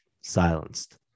silenced